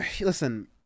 listen